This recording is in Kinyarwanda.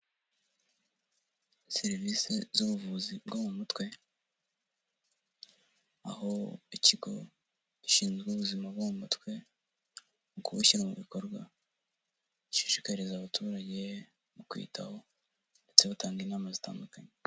Serivisi z'ubuvuzi bwo mu mutwe, aho icyigo gishinzwe ubuzima bwo mu mutwe mu kubushyira mu bikorwa, gishishikariza abaturage mu kwiyitaho, ndetse batanga inama zitandukanye.